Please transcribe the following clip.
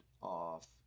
off